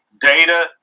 data